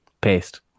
paste